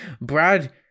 Brad